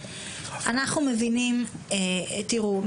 אנחנו מבינים תראו,